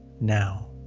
now